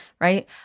right